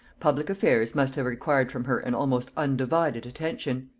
public affairs must have required from her an almost undivided attention.